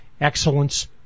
Excellence